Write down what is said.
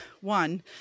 one